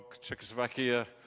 Czechoslovakia